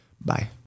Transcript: Bye